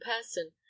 person